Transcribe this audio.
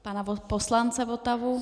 Pana poslance Votavu.